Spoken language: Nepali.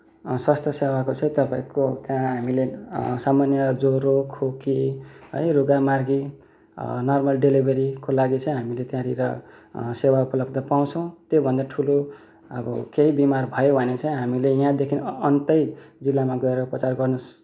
स्वास्थ्य सेवाको चाहिँ तपाईँको त्यहाँ हामीले सामान्य ज्वरो खोकी है रुघा मार्गी नर्मल डेलिभरीको लागि चाहिँ हामीले त्यहाँनिर सेवा उपलब्ध पाउँछौँ त्योभन्दा ठुलो अब केही बिमार भयो भने चाहिँ हामीले यहाँदेखि अन्त्यै जिल्लामा गएर उपचार गर्नु